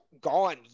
gone